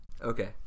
Okay